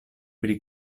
pri